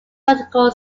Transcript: political